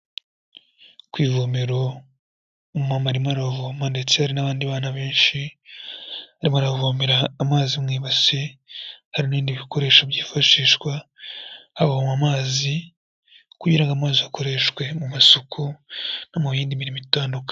Ku ivomero umu mama arimo aravoma ndetse hari n'abandi bana benshi, arimo aravomera amazi mu ibase, hari n'ibindi bikoresho byifashishwa havomwa amazi, kugira ngo amazi akoreshwe mu masuku no mu yindi mirimo itandukanye.